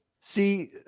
see